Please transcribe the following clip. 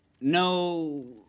No